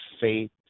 faith